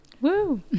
Woo